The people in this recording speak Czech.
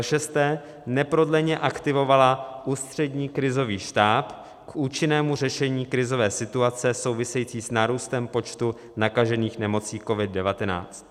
6. neprodleně aktivovala Ústřední krizový štáb k účinnému řešení krizové situace související s nárůstem počtu nakažených nemocí COVID19